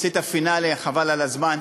עשית פינאלה חבל על הזמן,